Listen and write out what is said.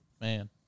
Man